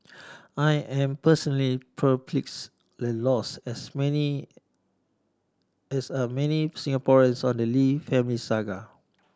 I am personally perplexed and lost as many as are many Singaporeans on the Lee family saga